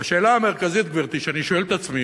והשאלה המרכזית, גברתי, שאני שואל את עצמי,